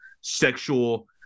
sexual